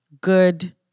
good